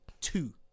two